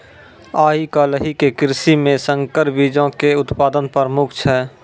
आइ काल्हि के कृषि मे संकर बीजो के उत्पादन प्रमुख छै